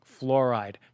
Fluoride